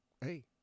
hey